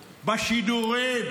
בשידורים,